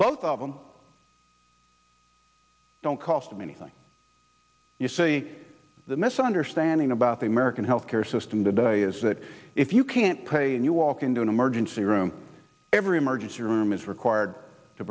both of them don't cost him anything you see the misunderstanding about the american health care system today is that if you can't pay and you walk into an emergency room every emergency room is required to